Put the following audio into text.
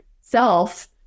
self